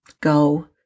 Go